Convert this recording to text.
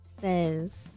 Says